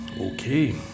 Okay